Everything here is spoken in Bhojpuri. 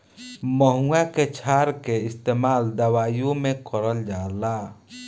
महुवा के क्षार के इस्तेमाल दवाईओ मे करल जाला